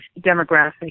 demographic